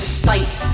state